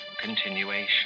continuation